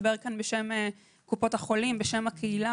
אני רוצה לדבר כאן בשם קופות החולים, בשם הקהילה.